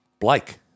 Blake